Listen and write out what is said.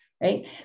Right